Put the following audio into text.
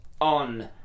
on